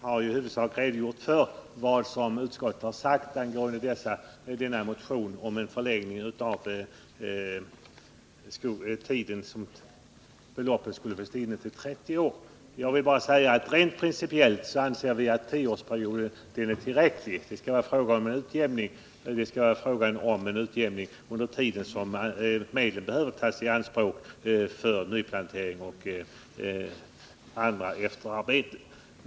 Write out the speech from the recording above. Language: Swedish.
Herr talman! Bertil Jonasson har i huvudsak redogjort för vad utskottet sagt angående denna motion om en förlängning av den tid, under vilken beloppen skall stå inne, till 30 år. Jag vill bara säga att rent principiellt anser vi att tioårsperioden är tillräcklig. Det skall vara fråga om en utjämning under den tid som medlen behöver tas i anspråk för nyplantering och andra efterarbeten.